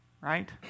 right